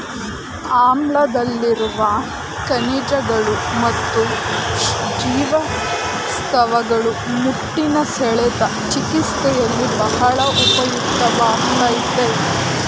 ಆಮ್ಲಾದಲ್ಲಿರುವ ಖನಿಜಗಳು ಮತ್ತು ಜೀವಸತ್ವಗಳು ಮುಟ್ಟಿನ ಸೆಳೆತ ಚಿಕಿತ್ಸೆಯಲ್ಲಿ ಬಹಳ ಉಪಯುಕ್ತವಾಗಯ್ತೆ